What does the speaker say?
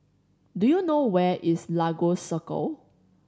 do you know where is Lagos Circle